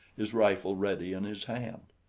his rifle ready in his hand.